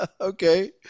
Okay